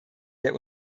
der